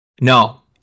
No